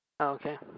Okay